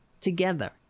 together